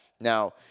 Now